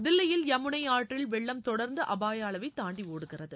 தில்லியில் யமுனை ஆற்றில் வெள்ளம் தொடர்ந்து அபாய அளவை தாண்டி ஒடுகிறது